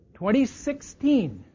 2016